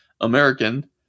American